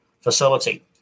facility